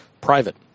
private